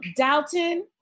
Dalton